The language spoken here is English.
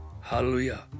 Hallelujah